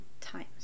times